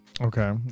okay